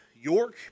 York